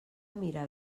mirar